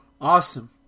awesome